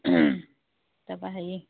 তাৰ পৰা হেৰি